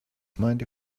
mind